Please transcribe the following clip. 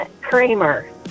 Kramer